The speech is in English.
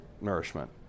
nourishment